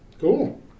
Cool